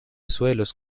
suelos